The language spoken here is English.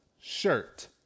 shirt